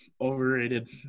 overrated